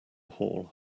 hall